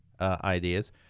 ideas